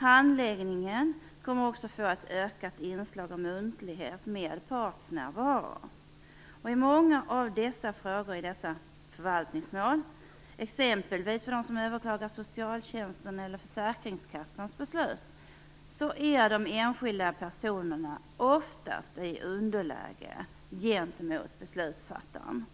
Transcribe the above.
Handläggningen kommer också att få ett ökat inslag av muntlighet med partsnärvaro. I många av dessa frågor, i dessa förvaltningsmål, exempelvis för dem som överklagar socialtjänstens eller försäkringskassans beslut, är de enskilda personerna oftast i underläge gentemot beslutsfattaren.